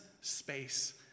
space